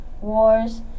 wars